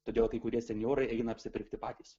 todėl kai kurie senjorai eina apsipirkti patys